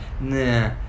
Nah